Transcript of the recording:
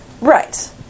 Right